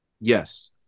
Yes